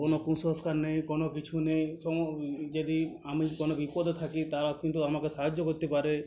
কোনো কুসংস্কার নেই কোনো কিছু নেই যদি আমি কোনো বিপদে থাকি তারাও কিন্তু আমাকে সাহায্য করতে পারে